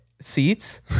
seats